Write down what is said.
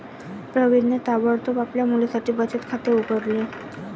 प्रवीणने ताबडतोब आपल्या मुलीसाठी बचत खाते उघडले